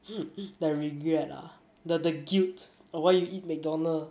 the regret ah the the guilt of why you eat Mcdonalds